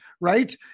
right